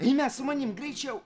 eime su manim greičiau